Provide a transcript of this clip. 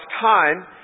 time